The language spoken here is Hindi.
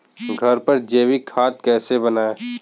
घर पर जैविक खाद कैसे बनाएँ?